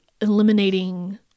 eliminating